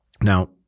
Now